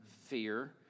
fear